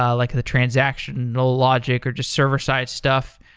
ah like the transaction ah logic, or just server-side stuff,